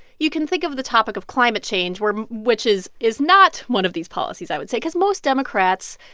you can think of the topic of climate change, where which is is not one of these policies, i would say, cause most democrats